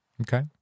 Okay